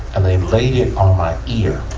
and they laid it on my ear.